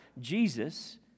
Jesus